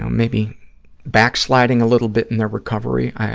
um maybe backsliding a little bit in their recovery,